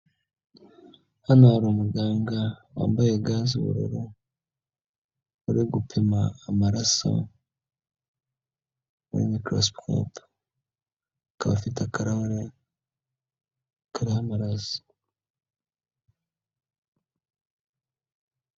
Hano hari umuganga wambaye gaze z'ububuru, uri gupima amaraso muri mikorosikope akaba afite akarahure kariho amaraso.